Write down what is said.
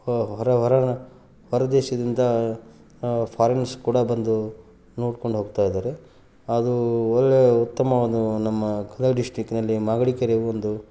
ಹೊರ ಹೊರ ಹೊರ ದೇಶದಿಂದ ಫಾರಿನರ್ಸ್ ಕೂಡ ಬಂದು ನೋಡ್ಕೊಂಡು ಹೋಗ್ತಾ ಇದ್ದಾರೆ ಅದು ಒಳ್ಳೆಯ ಉತ್ತಮವಾದ ನಮ್ಮ ಗದಗ ಡಿಸ್ಟಿಕ್ಕಿನಲ್ಲಿ ಮಾಗಡಿ ಕೆರೆಯು ಒಂದು